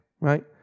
right